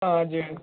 हजुर